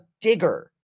digger